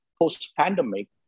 post-pandemic